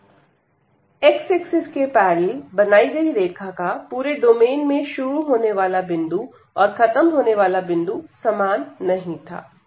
x axis के parallel बनाई गई रेखा का पूरे डोमेन में शुरू होने वाला बिंदु और खत्म होने वाला बिंदु समान नहीं था